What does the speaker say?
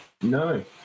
No